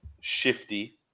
shifty